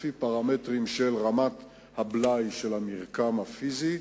לפי פרמטרים של רמת הבלאי של המרקם הפיזי.